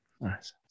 Nice